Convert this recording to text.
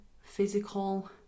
physical